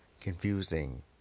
confusing